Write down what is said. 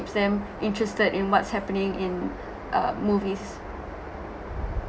keeps them interested in what's happening in uh movies